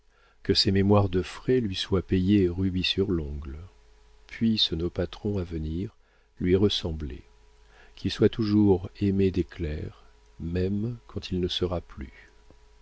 que ses mémoires de frais lui soient payés rubis sur l'ongle puissent nos patrons à venir lui ressembler qu'il soit toujours aimé des clercs même quand il ne sera plus